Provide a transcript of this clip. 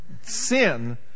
sin